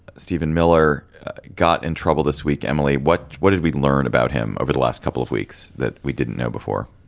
stephen miller got in trouble this week. emily, what what did we learn about him over the last couple of weeks that we didn't know before?